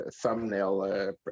thumbnail